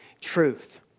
truth